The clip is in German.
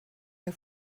der